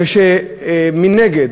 כשמנגד